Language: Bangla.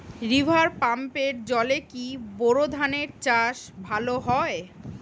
রিভার পাম্পের জলে কি বোর ধানের চাষ ভালো হয়?